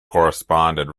corresponded